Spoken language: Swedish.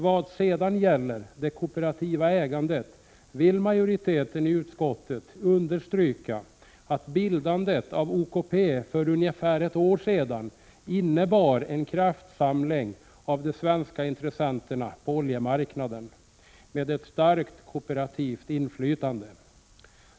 Vad sedan gäller det kooperativa ägandet vill majoriteten i utskottet understryka att bildandet av OKP för ungefär ett år sedan innebar en kraftsamling av de svenska intressenterna på oljemarknaden med ett starkt kooperativt inflytande.